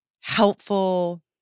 helpful